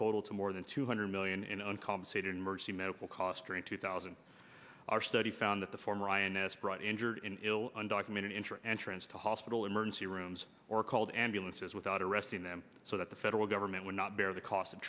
total to more than two hundred million in uncompensated emergency medical costs during two thousand our study found that the former ins brought injured in ill undocumented intra and trance to hospital emergency rooms or called ambulances without arresting them so that the federal government would not bear the cost of